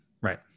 Right